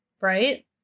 Right